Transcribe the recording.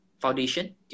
foundation